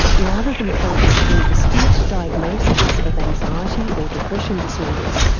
rather than focus on distinct diagnoses of anxiety or depression disorders,